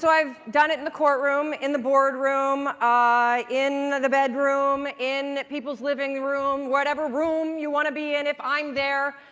so i've done it in the courtroom, in the boardroom, ah in the bedroom, in people's living room, whatever room you want to be in, if i'm there,